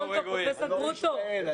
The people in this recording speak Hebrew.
אם